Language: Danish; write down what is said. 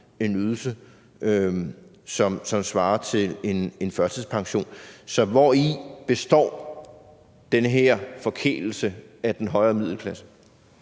en ydelse, som faktisk svarer til en førtidspension. Så hvori består den her forkælelse af den højere middelklasse?